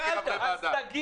ועדה.